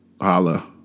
Holla